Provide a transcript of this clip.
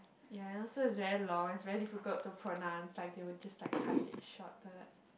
yea and also is very long is very difficult to pronounce like they will just like cut it shorter